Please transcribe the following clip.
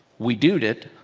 we do'd it.